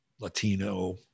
Latino